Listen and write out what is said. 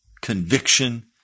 conviction